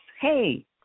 Hey